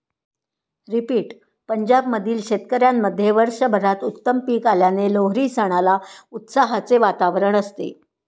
पंजाब मधील शेतकऱ्यांमध्ये वर्षभरात उत्तम पीक आल्याने लोहरी सणाला उत्साहाचे वातावरण असते